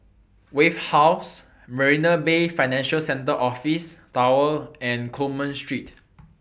Wave House Marina Bay Financial Centre Office Tower and Coleman Street